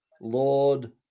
Lord